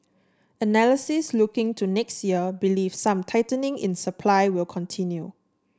analysts looking to next year believe some tightening in supply will continue